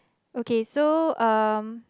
okay so um